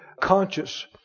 conscious